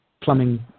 plumbing